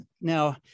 Now